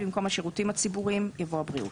במקום "השירותים הציבוריים" יבוא "הבריאות".